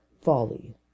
folly